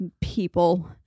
people